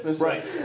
Right